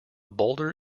boulder